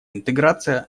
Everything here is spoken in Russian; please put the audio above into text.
интеграция